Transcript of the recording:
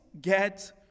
get